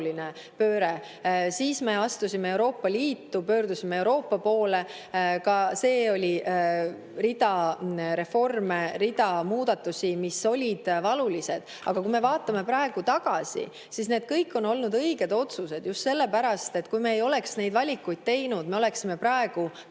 pööre. Siis me astusime Euroopa Liitu, pöördusime Euroopa poole. Ka see oli rida reforme, rida muudatusi, mis olid valulised. Aga kui me vaatame praegu tagasi, siis need kõik on olnud õiged otsused just sellepärast, et kui me ei oleks neid valikuid teinud, me oleksime praegu